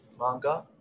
manga